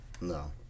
No